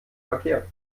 verkehr